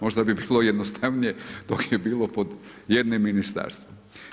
Možda bi bilo jednostavnije dok je bilo pod jednim ministarstvom.